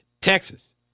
Texas